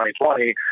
2020